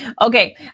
Okay